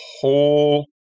whole